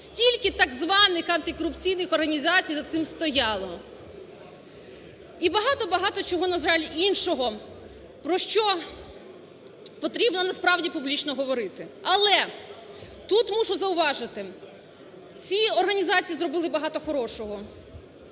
скільки так званих антикорупційних організацій за цим стояло. І багато-багато чого, на жаль, іншого, про що потрібно насправді публічно говорити. Але тут мушу зауважити: ці організації зробили багато хорошого.